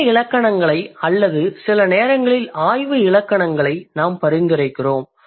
விளக்க இலக்கணங்களை அல்லது சில நேரங்களில் ஆய்வு இலக்கணங்களை நாம் பரிந்துரைக்கிறோம்